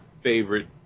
favorite